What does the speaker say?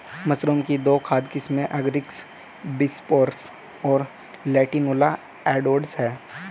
mushroom की दो खाद्य किस्में एगारिकस बिस्पोरस और लेंटिनुला एडोडस है